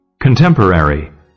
Contemporary